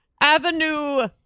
Avenue